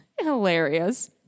hilarious